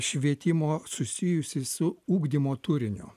švietimo susijusi su ugdymo turiniu